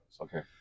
Okay